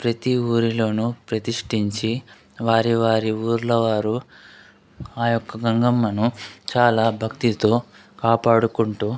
ప్రతి ఊరిలోను ప్రతిష్టించి వారి వారి ఊర్లో వారు ఆ యొక్క గంగమ్మను చాలా భక్తితో కాపాడుకుంటూ